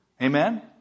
Amen